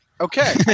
Okay